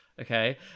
Okay